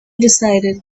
decided